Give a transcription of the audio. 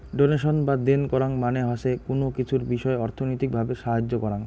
donation বা দেন করাং মানে হসে কুনো কিছুর বিষয় অর্থনৈতিক ভাবে সাহায্য করাং